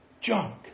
junk